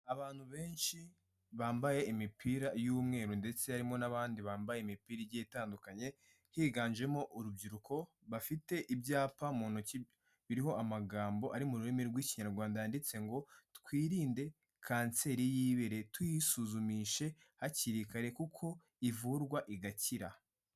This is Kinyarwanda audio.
Abantu benshi bambaye imipira y'umweru ndetse harimo n'abandi bambaye imipira igiye itandukanye, higanjemo urubyiruko, bafite ibyapa mu ntoki biriho amagambo ari mu rurimi rw'ikinyarwanda yanditse ngo twirinde kanseri y'ibere tuyisuzumishe hakiri kare kuko ivurwa igakira.